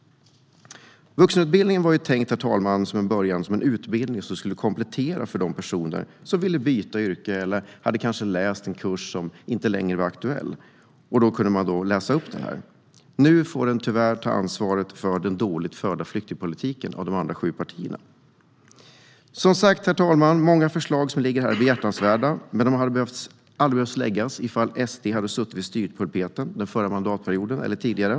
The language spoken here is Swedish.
Vuxenutbildningen var från början tänkt som en utbildning som skulle vara kompletterande för dem som ville byta yrke eller kanske hade läst en kurs som inte längre var aktuell. Då kunde man läsa in de ämnen som behövdes. Nu får den verksamheten tyvärr bära ansvaret för en dåligt förd flyktingpolitik av de andra sju partierna. Som sagt, herr talman, många förslag som ligger här är behjärtansvärda, men de skulle aldrig ha behövt läggas om SD hade suttit vid styrpulpeten under förra mandatperioden eller tidigare.